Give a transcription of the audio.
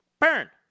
Burn